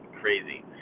Crazy